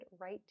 right